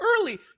early